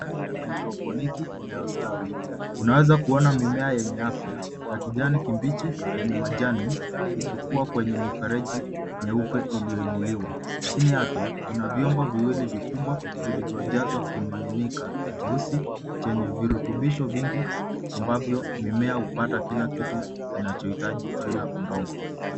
Ndani ya hadroponiki iayostawi, unaweza kuona mimea yenye afya ya kijani kibichi enye majani ikikua kwenye mifereji nyeupe iliyoinuliwa. Chini yake kuna vyombo viwili vikubwa vilivyojazwa kimiminika cheusi chenye virutubisho vingi ambavyo mimea hupata kila kitu inachohitaji bila udongo.